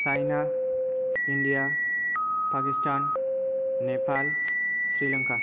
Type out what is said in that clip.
China India Pakistan Nepal Sri Lanka